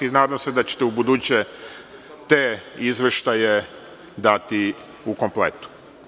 Nadam se da ćete u buduće te izveštaje dati u kompletu.